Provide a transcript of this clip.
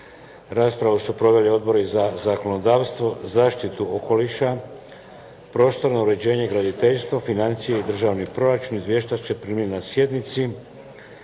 Raspravu su proveli odbori za zakonodavstvo, zaštitu okoliša, prostorno uređenje i graditeljstvo, financije i državni proračun. Izvješća ste primili na sjednici.